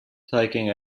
taking